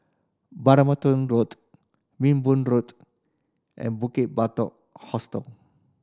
Road Minbu Road and Bukit Batok Hostel